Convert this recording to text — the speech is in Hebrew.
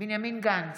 בנימין גנץ,